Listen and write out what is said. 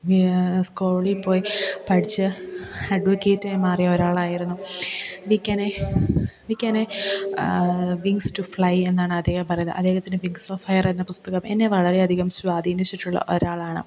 സ്കൂളില് പോയി പഠിച്ച് അഡ്വക്കേറ്റായി മാറിയ ഒരാളായിരുന്നു we can a we can a wings to ഫ്ലൈയെന്നാണ് അദ്ദേഹം പറയുന്നത് അദ്ദേഹത്തിൻ്റെ വിംഗ്സ് ഓഫ് ഫയർ എന്ന പുസ്തകം എന്നെ വളരെയധികം സ്വാധീനിച്ചിട്ടുള്ള ഒരാളാണ്